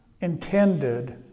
intended